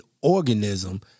organism